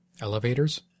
Elevators